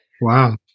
Wow